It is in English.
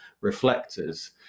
reflectors